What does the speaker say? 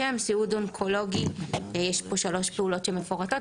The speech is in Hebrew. סיעוד אונקולוגי יש פה שלוש פעולות שמפורטות.